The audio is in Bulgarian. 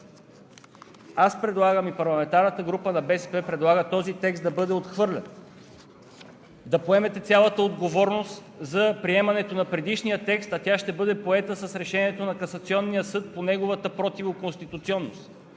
Затова аз и парламентарната група на БСП предлага този текст да бъде отхвърлен, да поемете цялата отговорност за приемането на предишния текст, а тя ще бъде поета с решението на Касационния съд по неговата противоконституционност.